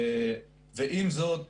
עם זאת,